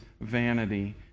vanity